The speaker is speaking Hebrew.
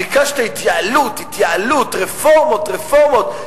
ביקשת התייעלות, התייעלות, רפורמות, רפורמות.